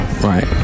right